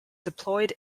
deployed